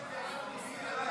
ההצעה להעביר את הצעת חוק